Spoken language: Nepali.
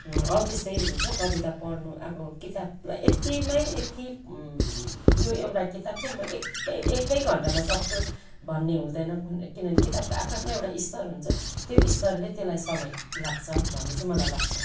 अब त्यस्तै हुन्छ किताब पढ्नु कविता अब किताब यत्तिमै यत्ति यो एउटा किताब चाहिँ मैले चाहिँ एकै एकै घन्टामा सक्छु भन्ने हुँदैन किनभने सबको आफ्नो आफ्नो एउटा स्तर हुन्छ त्यो स्तरले त्यसलाई समय लाग्छ भन्ने चाहिँ मलाई लाग्छ